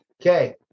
Okay